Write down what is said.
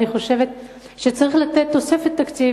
אני חושבת שצריך לתת תוספת תקציב,